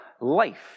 life